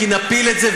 כי נפיל את זה,